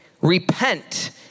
Repent